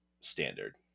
standard